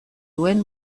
duen